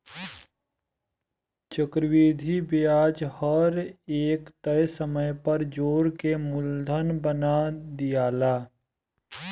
चक्रविधि ब्याज हर एक तय समय पर जोड़ के मूलधन बना दियाला